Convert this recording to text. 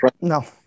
no